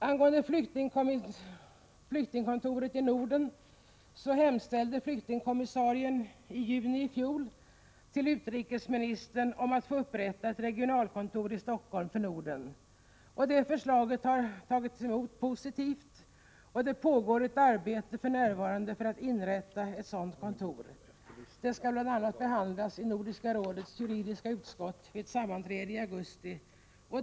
Angående flyktingkontoret i Norden vill jag framhålla att flyktingkommissarien i juni i fjol hemställde till utrikesministern om att få upprätta ett regionalt kontor för Norden i Stockholm. Detta förslag har mottagits positivt, och det pågår för närvarande ett arbete med att inrätta ett sådant kontor. Frågan skall bl.a. behandlas i Nordiska rådets juridiska utskott vid ett sammanträde i augusti.